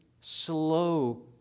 slow